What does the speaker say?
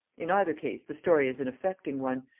in either case the story is an affecting one,